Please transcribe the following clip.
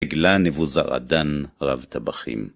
הגלה נבוזראדן רב טבחים